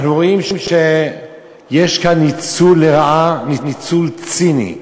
אנחנו רואים שיש כאן ניצול לרעה, ניצול ציני,